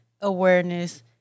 awareness